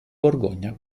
borgogna